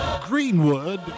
Greenwood